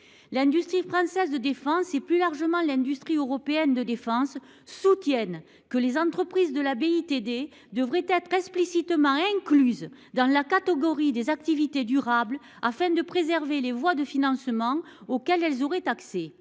L’industrie française de défense et, plus largement, l’industrie européenne de défense soutiennent que les entreprises de la BITD devraient être explicitement incluses dans la catégorie des activités durables, afin de préserver les voies de financement auxquelles elles auraient accès.